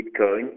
Bitcoin